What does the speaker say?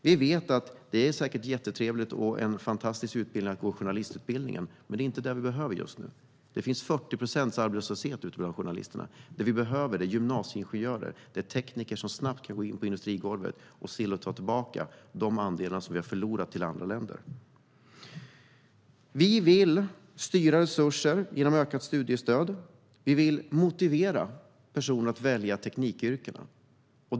Vi vet att det säkert är jättetrevligt att gå journalistutbildningen och att det är en fantastisk utbildning, men det är inte den vi behöver just nu. Det är 40 procents arbetslöshet ute bland journalisterna. Det vi behöver är gymnasieingenjörer och tekniker som snabbt kan gå in på industrigolvet och se till att ta tillbaka de andelar vi har förlorat till andra länder. Vi vill styra resurser genom ökat studiestöd, och vi vill motivera människor att välja teknikyrkena.